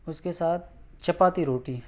اس کے ساتھ چپاتی روٹی